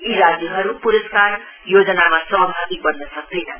यी राज्यहरू पुरस्कार योजनामा सहभागी बन्न सक्दैनन्